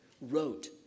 wrote